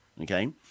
Okay